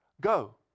go